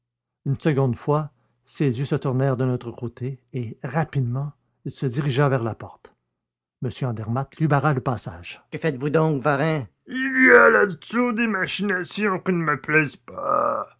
une seconde fois ses yeux se tournèrent de notre côté et rapidement il se dirigea vers la porte m andermatt lui barra le passage que faites-vous donc varin il y a là-dessous des machines qui ne me plaisent pas